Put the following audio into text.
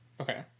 Okay